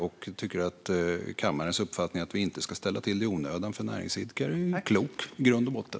Jag tycker att kammarens uppfattning att vi inte bör ställa till det i onödan för näringsidkare är klok i grund och botten.